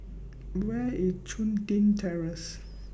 Where IS Chun Tin Terrace